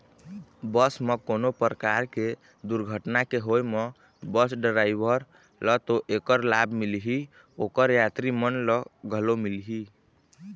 बस म कोनो परकार के दुरघटना के होय म बस डराइवर ल तो ऐखर लाभ मिलही, ओखर यातरी मन ल घलो मिलही